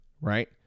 right